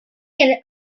and